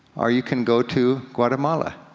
or you can go to guatemala.